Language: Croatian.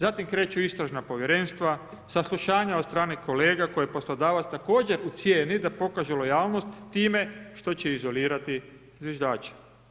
Zatim kreću istražna povjerenstva, saslušanja od strane kolega koje poslodavac također ucjeni da pokaže lojalnost time što će izolirati zviždače.